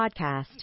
podcast